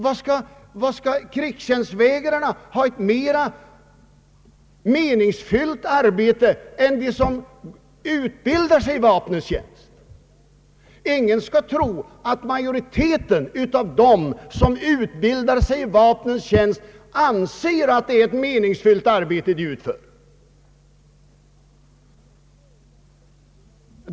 Varför skall krigstjänstvägrare ha ett mera meningsfyllt arbete än de som utbildar sig i vapentjänst. Ingen skall tro att majoriteten av dem som utbildar sig i vapnens bruk anser att det är ett meningsfyllt arbete de utför.